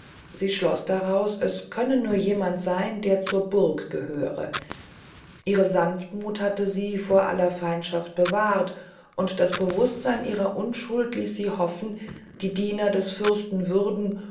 sie schloß daraus es könne nur jemand seyn der zur burg gehöre ihre sanftmuth hatte sie vor aller feindschaft bewahrt und das bewußtseyn ihrer unschuld ließ sie hoffen die diener des fürsten würden